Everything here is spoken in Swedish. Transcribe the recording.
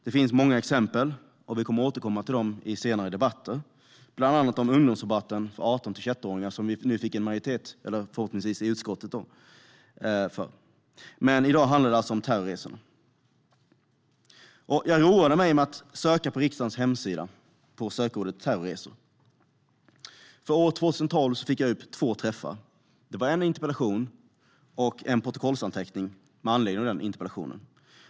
Det finns många exempel, och vi återkommer till dem i senare debatter. Bland annat gäller det ungdomsrabatten för 18-21-åringar. Här får vi förhoppningsvis en majoritet i utskottet. Men i dag handlar det alltså om terrorresorna. Jag roade mig med att söka på "terrorresor" på riksdagens hemsida. För år 2012 fick jag två träffar, en i en interpellation och en i ett protokoll med anledning av interpellationen.